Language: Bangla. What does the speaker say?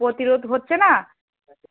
প্রতিরোধ হচ্ছে না